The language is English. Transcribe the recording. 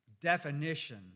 definition